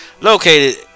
located